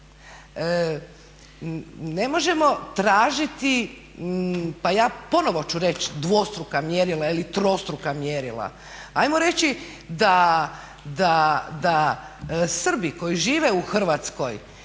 Ne možemo tražiti pa ja ponovno ću reći dvostruka mjerila ili trostruka mjerila. Ajmo reći da Srbi koji žive u Hrvatskoj